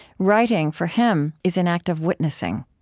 writing, for him, is an act of witnessing